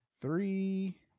three